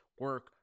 Work